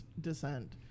descent